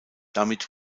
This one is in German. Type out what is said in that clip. damit